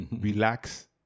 Relax